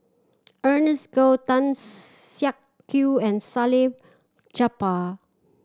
Ernest Goh Tan Siak Kew and Salleh Japar